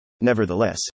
Nevertheless